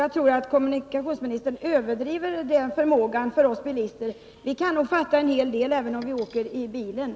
Jag tror att kommunikationsministern överdriver när han talar om bilisternas dåliga förmåga att uppfatta skyltar.